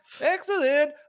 Excellent